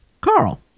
Carl